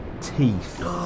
Teeth